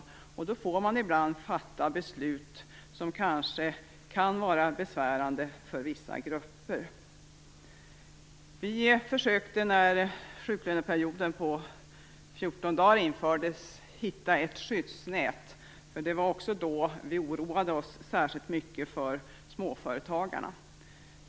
Då får man ibland fatta beslut som kanske kan vara besvärande för vissa grupper. Vi försökte, när sjuklöneperioden på 14 dagar infördes, att hitta ett skyddsnät. Det var också då vi oroade oss särskilt mycket för småföretagarna.